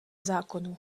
zákonů